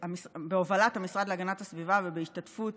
בהובלת המשרד להגנת הסביבה ובהשתתפות